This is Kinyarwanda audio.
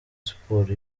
siporo